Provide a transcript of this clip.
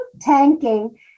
tanking